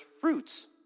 fruits